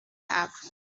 have